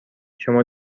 شما